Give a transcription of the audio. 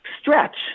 stretch